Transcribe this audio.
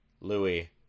Louis